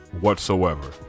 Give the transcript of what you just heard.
whatsoever